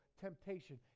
temptation